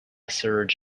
surge